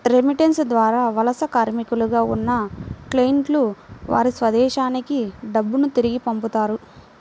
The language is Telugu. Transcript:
రెమిటెన్స్ ద్వారా వలస కార్మికులుగా ఉన్న క్లయింట్లు వారి స్వదేశానికి డబ్బును తిరిగి పంపుతారు